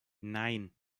nein